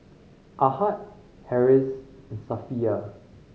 Ahad Harris and Safiya